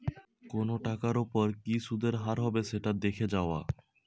কোনো টাকার ওপর কি সুধের হার হবে সেটা দেখে যাওয়া